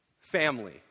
family